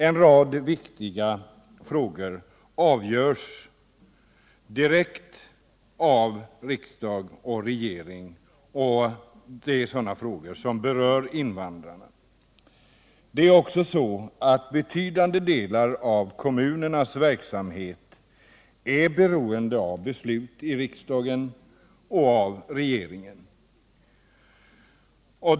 En rad viktiga och avgörande frågor som direkt berör invandrarna avgörs genom regeringsoch riksdagsbeslut. Också betydande delar av kommunernas verksamhet är beroende av beslut i riksdagen och av regeringen.